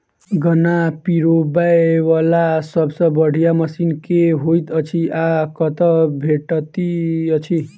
गन्ना पिरोबै वला सबसँ बढ़िया मशीन केँ होइत अछि आ कतह भेटति अछि?